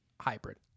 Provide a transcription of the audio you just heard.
hybrid